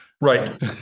Right